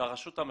והרשות המקומית,